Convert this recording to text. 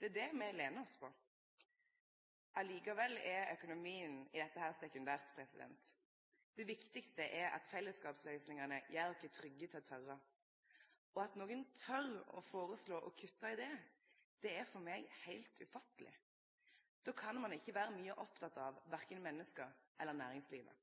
Det er det me lener oss på. Likevel er økonomien i dette sekundært. Det viktigaste er at fellesskapsløysingane gjer oss trygge til å tore. At nokre tør å foreslå å kutte i det, er for meg heilt ufatteleg. Då kan ein ikkje vere mykje oppteken av verken menneske eller